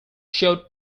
showed